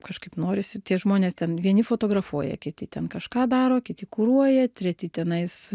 kažkaip norisi tie žmonės ten vieni fotografuoja kiti ten kažką daro kiti kuruoja treti tenais